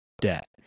debt